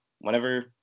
Whenever